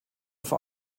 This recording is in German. vor